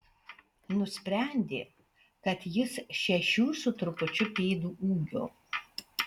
nusprendė kad jis šešių su trupučiu pėdų ūgio